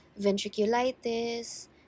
ventriculitis